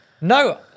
No